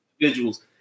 individuals